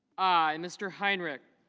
i. mr. heinrich